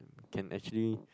can actually